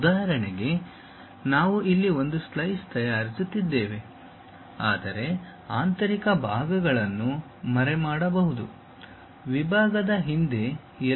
ಉದಾಹರಣೆಗೆ ನಾವು ಇಲ್ಲಿ ಒಂದು ಸ್ಲೈಸ್ ತಯಾರಿಸುತ್ತಿದ್ದೇವೆ ಆದರೆ ಆಂತರಿಕ ಭಾಗಗಳನ್ನು ಮರೆಮಾಡಬಹುದು ವಿಭಾಗದ ಹಿಂದೆ ಎಲ್ಲೋ ಆಂತರಿಕ ಭಾಗಗಳು ಇರಬಹುದು